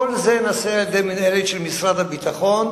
כל זה נעשה על-ידי מינהלת של משרד הביטחון,